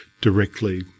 directly